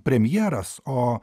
premjeras o